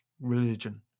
religion